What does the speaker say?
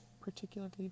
particularly